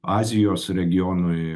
azijos regionui